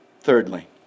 Thirdly